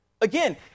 Again